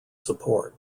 support